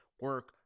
Work